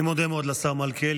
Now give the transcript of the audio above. אני מודה מאוד לשר מלכיאלי,